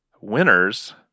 Winners